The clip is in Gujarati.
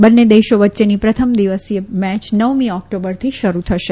બંને દેશો વચ્ચેની પ્રથમ દિવસીય મેચ નવમી ઓકટોબરથી શરૂ થશે